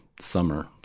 summer